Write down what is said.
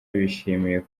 bishimiye